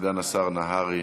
סגן השר נהרי.